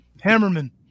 Hammerman